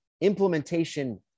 implementation